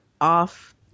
off